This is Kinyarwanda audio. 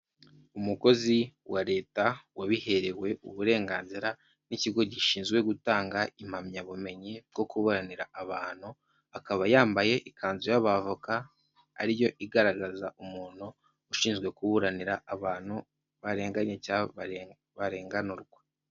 Umukozi wa leta wabiherewe uburenganzira, n'ikigo gishinzwe gutanga impamyabumenyi bwo kuburanira abantu, akaba yambaye ikanzu y'abavoka ariyo igaragaza umuntu ushinzwe kuburanira abantu barenganye cyangwa barenganurwa.